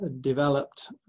developed